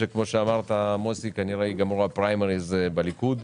כנראה עד שייגמרו הפריימריז בליכוד.